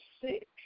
sick